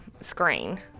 screen